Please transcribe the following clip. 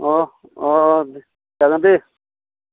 अ अ दे जागोन दे